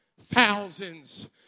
thousands